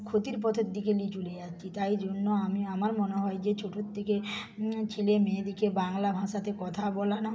ক্ষতির পথের দিকে নিয়ে চলে যাচ্ছি তাই জন্য আমি আমার মনে হয় যে ছোটোর থেকে ছেলে মেয়েদেরকে বাংলা ভাষাতে কথা বলানো